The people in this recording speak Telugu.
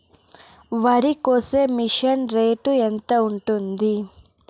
వరికోసే మిషన్ రేటు ఎంత ఉంటుంది?